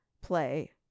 play